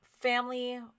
Family